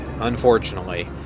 unfortunately